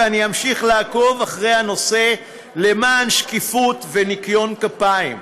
ואני אמשיך לעקוב אחרי הנושא למען שקיפות וניקיון כפיים.